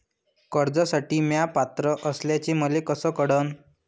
कर्जसाठी म्या पात्र असल्याचे मले कस कळन?